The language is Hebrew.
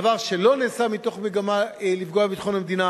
דבר שלא נעשה מתוך מגמה לפגוע בביטחון המדינה,